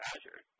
Azure